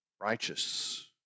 righteous